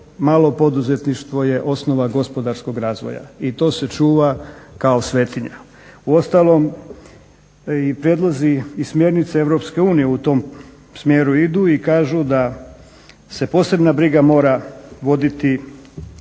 malo poduzetništvo je osnova gospodarskog razvoja i to se čuva kao svetinja. Uostalom i prijedlozi i smjernice Europske unije u tom smjeru idu i kažu da se posebna briga mora voditi